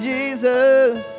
Jesus